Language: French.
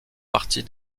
partie